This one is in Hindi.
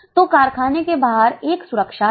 तो कारखाने के बाहर एक सुरक्षा है